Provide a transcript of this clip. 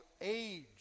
age